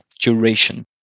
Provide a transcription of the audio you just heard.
duration